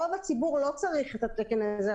רוב הציבור לא צריך את התקן הזה,